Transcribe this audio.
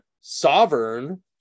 Sovereign